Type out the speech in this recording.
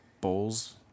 bowls